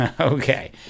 Okay